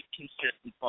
consistent